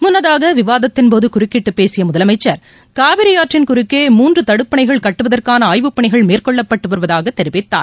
முன்னதாக விவாதத்தின் போது குறுக்கிட்டு பேசிய முதலமைச்சர் காவிரி ஆற்றின் குறுக்கே மூன்று தடுப்பணைகள் கட்டுவதற்கான ஆய்வுப் பணிகள் மேற்கொள்ளப்பட்டு வருவதாக தெரிவித்தார்